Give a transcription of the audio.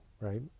right